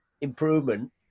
improvement